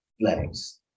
legs